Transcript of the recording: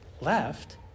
left